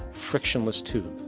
frictionless tube,